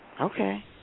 Okay